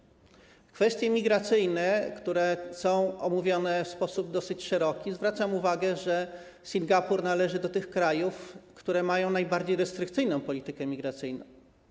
Jeśli chodzi o kwestie migracyjne, które są omówione w sposób dosyć szeroki, to zwracam uwagę, że Singapur należy do tych krajów, które mają najbardziej restrykcyjną politykę migracyjną.